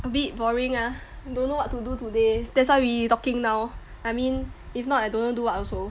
a bit boring ah don't know what to do today that's why we talking now I mean if not I don't know do what also